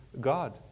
God